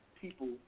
people